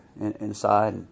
inside